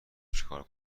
چیکار